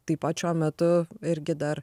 taip pat šiuo metu irgi dar